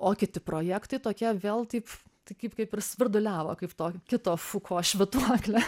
o kiti projektai tokie vėl taip tai kaip kaip ir svirduliavo kaip to kito fuko švytuoklė